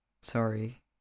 Sorry